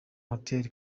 hotel